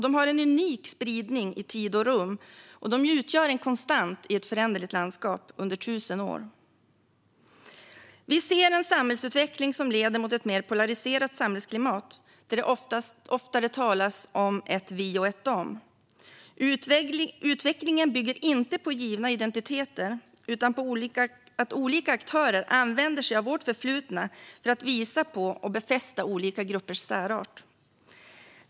De har en unik spridning i tid och rum, och de utgör en konstant i ett föränderligt landskap under 1 000 år. Vi ser en samhällsutveckling som leder mot ett mer polariserat samhällsklimat, där det oftare talas om vi och dom. Utvecklingen bygger inte på givna identiteter utan på att olika aktörer använder sig av vårt förflutna för att visa på och befästa olika gruppers särart.